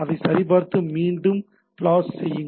அதைச் சரிபார்த்து அதை மீண்டும் ப்ளாஷ் செய்யுங்கள்